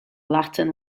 latin